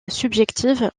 subjective